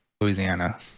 Louisiana